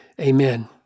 Amen